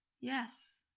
Yes